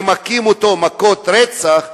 ומכים אותו מכות רצח,